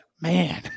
Man